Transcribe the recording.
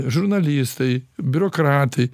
žurnalistai biurokratai